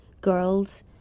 girls